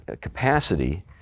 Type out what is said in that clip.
capacity